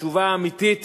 התשובה האמיתית